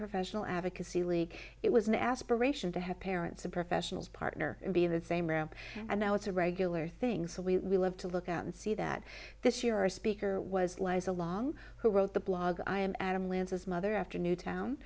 professional advocacy league it was an aspiration to have parents of professionals partner would be the same ramp and now it's a regular thing so we have to look out and see that this year our speaker was lies along who wrote the blog i am adam lanza's mother after newtown